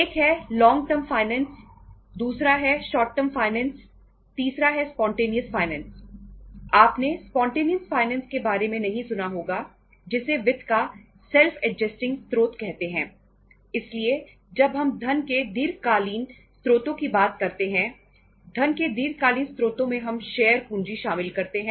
एक है long term finance शामिल करते हैं दीर्घकालीन ऋण शामिल करते हैं